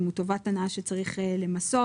אם הוא טובת הנאה שצריך למסות,